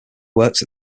worked